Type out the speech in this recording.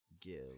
give